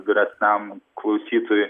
vyresniam klausytojui